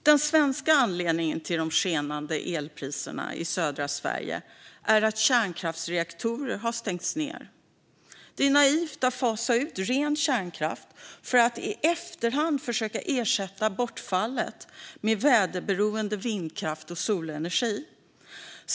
Den svenska anledningen till de skenande elpriserna i södra Sverige är att kärnkraftsreaktorer har stängts ned. Det är naivt att fasa ut ren kärnkraft för att i efterhand försöka ersätta bortfallet med väderberoende vindkraft och solenergi.